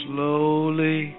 Slowly